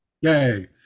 Yay